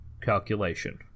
calculation